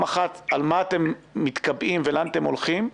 אחת על מה אתם מתקבעים ולאן אתם הולכים,